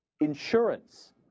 insurance